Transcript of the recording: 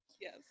Yes